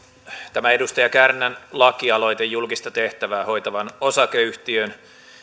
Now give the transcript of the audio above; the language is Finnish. tämä edustaja kärnän lakialoite julkista tehtävää hoitavan osakeyhtiön